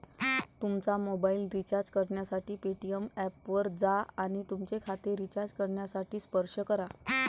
तुमचा mobile recharge करण्यासाठी Paytm ऐपवर जा आणि तुमचे खाते रिचार्ज करण्यासाठी स्पर्श करा